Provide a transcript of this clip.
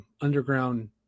underground